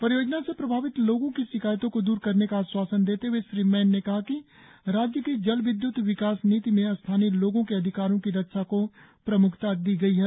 परियोजना से प्रभावित लोगों की शिकायतों को दूर करने का आश्वासन देते हुए श्री मैन ने कहा कि राज्य की जल विद्य्त विकास नीति में स्थानीय लोगों के अधिकारों की रक्षा को प्रम्खता दी गई है